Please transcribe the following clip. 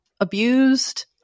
abused